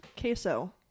queso